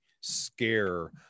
scare